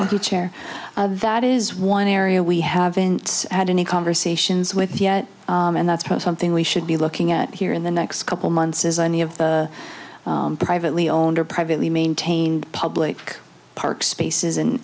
to chair that is one area we haven't had any conversations with yet and that's something we should be looking at here in the next couple months as any of the privately owned or privately maintained public park spaces